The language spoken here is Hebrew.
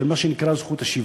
של מה שנקרא "זכות השיבה",